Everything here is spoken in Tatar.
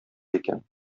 икән